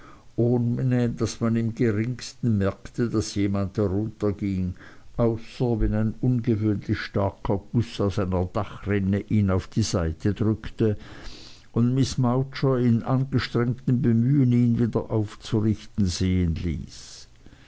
daß man im geringsten merkte daß jemand darunter ging außer wenn ein ungewöhnlich starker guß aus einer dachrinne ihn auf die seite drückte und miß mowcher in angestrengtem bemühen ihn wieder aufzurichten sehen ließ